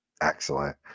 Excellent